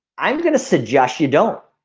i'm gonna suggest you don't